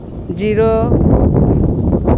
zero